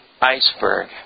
iceberg